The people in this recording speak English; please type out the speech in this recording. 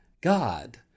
God